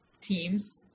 teams